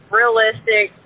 realistic